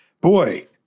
Boy